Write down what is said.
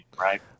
right